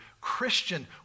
Christian